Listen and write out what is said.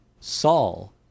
Saul